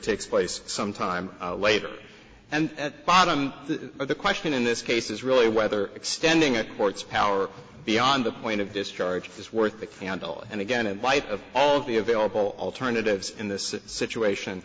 takes place some time later and bottom of the question in this case is really whether extending a court's power beyond the point of discharge is worth the candle and again in light of all the available alternatives in this situation